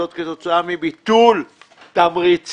על פי הנתונים